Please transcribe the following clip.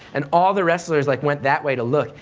and all the wrestlers like went that way to look,